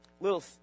little